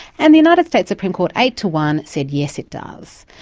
and the united states supreme court eight to one said yes, it does.